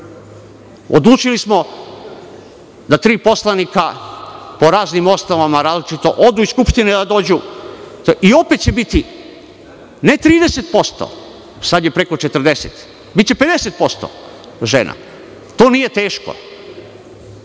Odlučili smo da tri poslanika, po raznim osnovama, različito, odu iz Skupštine, a i opet će biti, ne 30%, sada je preko 40%, biće 50% žena. To nije teško.